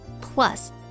Plus